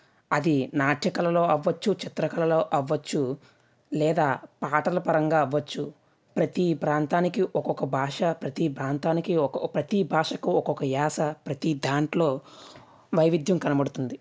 అది నాట్య కళలో అవ్వచ్చు చిత్ర కళలో అవ్వచ్చు లేదా పాటల పరంగా అవ్వచ్చు ప్రతి ప్రాంతానికి ఒక్కొక్క భాష ప్రతి ప్రాంతానికి ఒక్కొక్క ప్రతి భాషకు ఒక్కొక్క యాస ఒక ప్రతి దాంట్లో వైవిధ్యం కనబడుతుంది